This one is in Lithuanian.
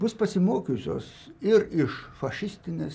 bus pasimokiusios ir iš fašistinės